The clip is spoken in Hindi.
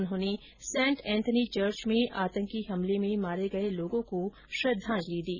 उन्होंने सेंट एथनी चर्च में आतंकी हमले में मारे गए लोगों को श्रद्वांजलि दी